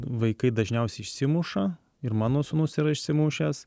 vaikai dažniausiai išsimuša ir mano sūnus yra išsimušęs